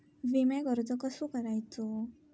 विम्याक अर्ज कसो करायचो?